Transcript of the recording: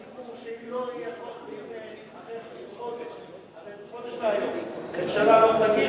הסיכום הוא שאם לא יהיה חוק ואם אחרי חודש מהיום הממשלה לא תגיש,